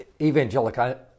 evangelical